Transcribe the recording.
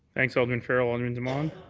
thanks, alderman farrell. alderman demong?